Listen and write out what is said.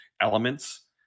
elements